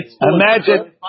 imagine